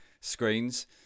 screens